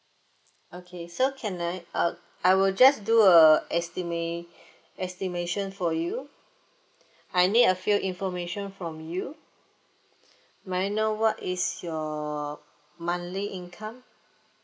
okay so can I uh I will just do a estima~ estimation for you I need a few information from you may I know what is your monthly income